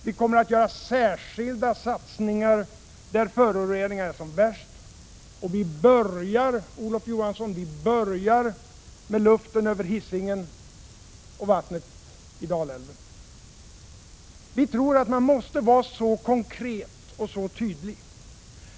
Vi kommer att göra särskilda satsningar, där föroreningarna är som värst och börjar, Olof Johansson, med luften över Hisingen och vattnet i Dalälven. Vi tror att man måste vara så konkret och tydlig.